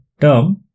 term